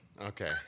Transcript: Okay